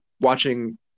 watching